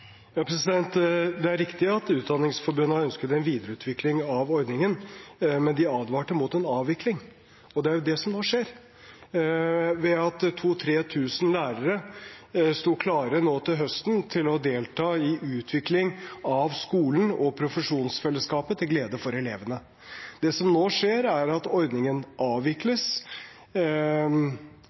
Det er riktig at Utdanningsforbundet har ønsket en videreutvikling av ordningen, men de advarte mot en avvikling. Det er jo det som nå skjer. 2 000–3 000 lærere sto klare for til høsten å delta i utvikling av skolen og profesjonsfellesskapet, til glede for elevene. Det som nå skjer, er at ordningen avvikles,